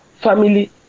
family